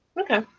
okay